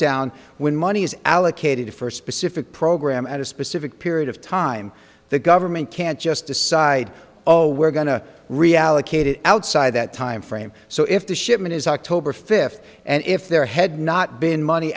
down when money is allocated for specific program at a specific period of time the government can't just decide oh we're going to reallocate it outside that time frame so if the shipment is october fifth and if their head not been money